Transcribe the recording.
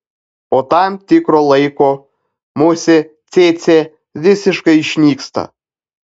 po tam tikro laiko musė cėcė visiškai išnyksta